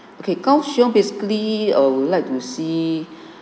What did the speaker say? okay cause show basically err would like to see